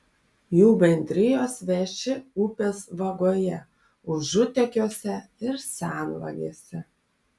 jų bendrijos veši upės vagoje užutekiuose ir senvagėse